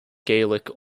gaelic